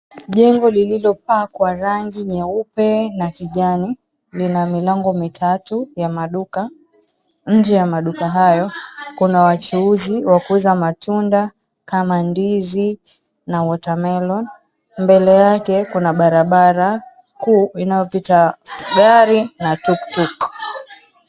Jengo lililopakwa rangi nyeupe na kijani lina milango mitatu ya maduka. Nje ya maduka hayo kuna wachuuzi wakuuza matunda, kama ndizi na watermelon . Mbele yake kuna barabara kuu inayopita gari na tuk tuk.